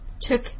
took